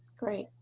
great.